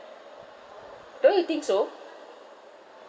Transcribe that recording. don't you think so